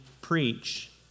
preach